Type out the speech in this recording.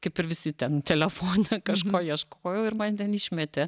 kaip ir visi ten telefone kažko ieškojau ir man ten išmetė